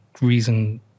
reason